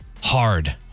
Hard